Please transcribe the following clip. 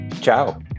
Ciao